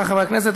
חברי חברי הכנסת,